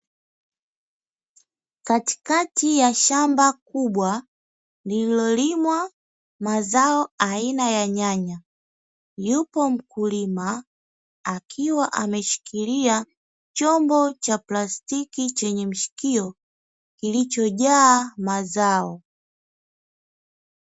Katikati ya shamba kubwa lililolimwa mazao aina ya nyanya, yupo mkulima akiwa ameshikilia chombo cha plastiki chenye mshikio kilichojaa mazao.